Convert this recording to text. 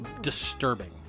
disturbing